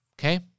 okay